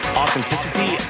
authenticity